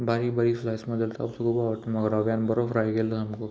बारीक बारीक स्लायस मारलेलो तामसो खूब आवडटा म्हाका रव्यान बरो फ्राय केल्लो सामको